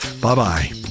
Bye-bye